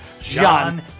John